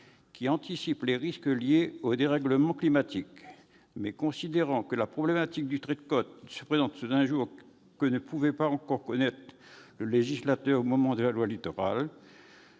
qui anticipe les risques liés au dérèglement climatique. Mais, considérant que la problématique du trait de côte se présente sous un jour que ne pouvait pas encore connaître le législateur au moment du vote de la loi Littoral,